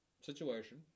situation